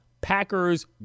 Packers